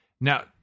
Now